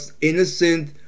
innocent